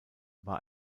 war